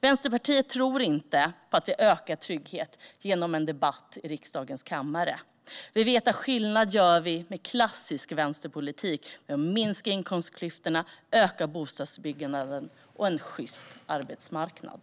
Vänsterpartiet tror inte att vi ökar tryggheten genom en debatt i riksdagens kammare. Vi vet att vi gör skillnad med klassisk vänsterpolitik, genom att minska inkomstskillnaderna, öka bostadsbyggandet och ha en sjyst arbetsmarknad.